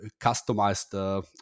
customized